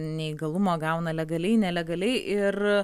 neįgalumą gauna legaliai nelegaliai ir